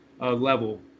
level